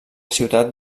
ciutat